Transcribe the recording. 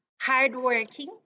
hardworking